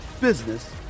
business